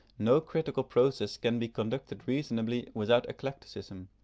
no critical process can be conducted reasonably without eclecticism.